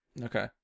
okay